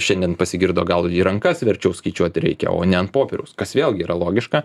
šiandien pasigirdo gal į rankas verčiau skaičiuoti reikia o ne ant popieriaus kas vėlgi yra logiška